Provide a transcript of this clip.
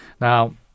Now